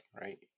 right